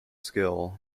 skill